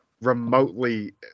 remotely